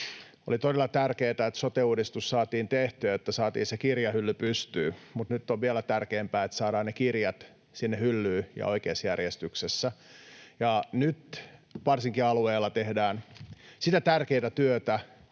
oli todella tärkeätä, että sote-uudistus saatiin tehtyä, että saatiin se kirjahylly pystyyn, mutta nyt on vielä tärkeämpää, että saadaan ne kirjat sinne hyllyyn ja oikeassa järjestyksessä. Nyt varsinkin alueilla tehdään sitä tärkeätä työtä,